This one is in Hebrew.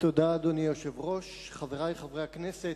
אדוני היושב-ראש, תודה, חברי חברי הכנסת,